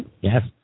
yes